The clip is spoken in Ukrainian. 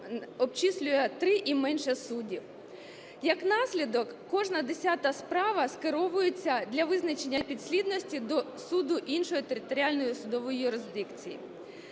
обчислює три і менше суддів. Як насідок, кожна десята справа скеровується для визначення підслідності до суду іншої територіальної судової юрисдикції.